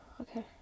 okay